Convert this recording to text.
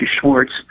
Schwartz